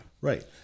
Right